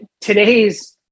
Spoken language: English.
today's